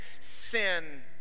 sin